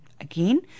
Again